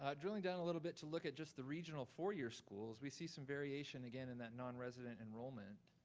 um drilling down a little bit to look at just the regional four-year schools, we see some variation again in that nonresident enrollment,